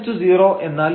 k→0 എന്നാൽ ഇത് 0 ആണ്